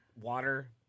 Water